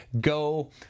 Go